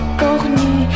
cornu